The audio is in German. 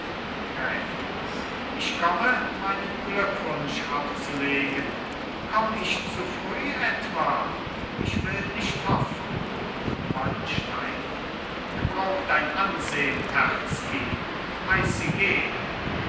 gräfin ich komme meinen glückwunsch abzulegen komm ich zu früh etwa ich will nicht hoffen wallenstein gebrauch dein ansehn terzky heiß sie gehn